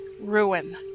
ruin